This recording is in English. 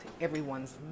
everyone's